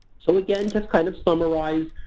so again, to kind of summarize,